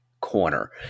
corner